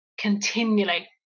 continually